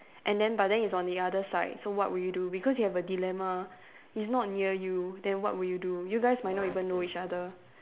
and then but then it's on the other side so what will you do because you have a dilemma it's not near you then what will you do you guys might not even know each other